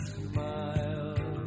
smile